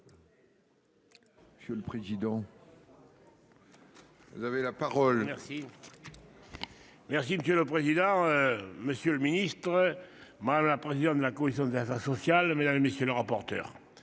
Monsieur le président. Vous avez la parole. Merci monsieur le président, Monsieur le ministre. Mal président la commission des affaires sociales mesdames et messieurs les rapporteurs.